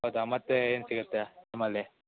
ಹೌದ ಮತ್ತೆ ಏನು ಸಿಗುತ್ತೆ ನಿಮ್ಮಲ್ಲಿ